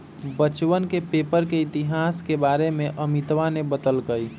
बच्चवन के पेपर के इतिहास के बारे में अमितवा ने बतल कई